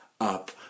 up